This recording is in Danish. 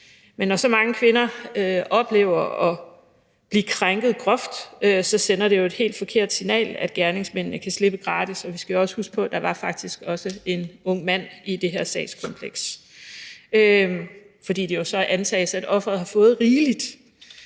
Men når så mange kvinder oplever at blive krænket groft, sender det et helt forkert signal om, at gerningsmændene kan slippe gratis – vi skal jo også huske på, at der faktisk også var en ung mand i det her sagskompleks – fordi det så antages, at offeret har fået rigeligt.